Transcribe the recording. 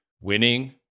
winning